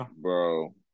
bro